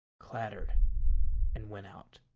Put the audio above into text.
clattered and went out.